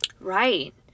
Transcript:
Right